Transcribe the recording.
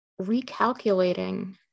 recalculating